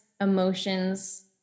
emotions